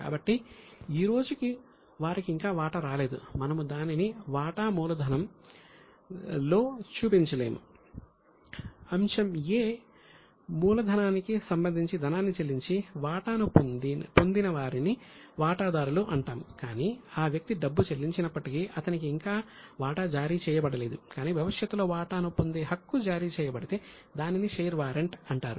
కాబట్టి ఈ రోజుకి వారికి ఇంకా వాటా రాలేదు మనము దానిని వాటా మూలధనంలో అంటారు